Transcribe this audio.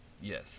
Yes